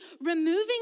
removing